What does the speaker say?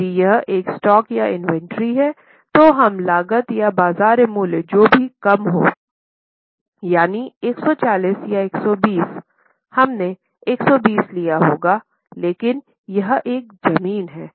यदि यह एक स्टॉक या इन्वेंट्री है तो हम लागत या बाजार मूल्य जो भी कम हो यानी 140 या 120 हमने 120 लिया होगा लेकिन यह एक जमीन है